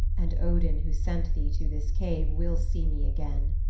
and odin who sent thee to this cave will see me again.